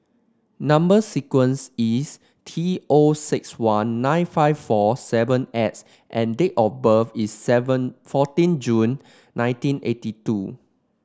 number sequence is T O six one nine five four seven X and date of birth is seven fourteen June nineteen eighty two